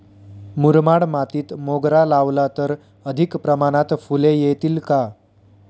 मुरमाड मातीत मोगरा लावला तर अधिक प्रमाणात फूले येतील का?